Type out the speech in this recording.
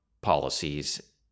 policies